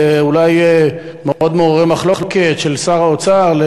אולי מאוד מעוררי המחלוקת של שר האוצר,